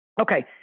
okay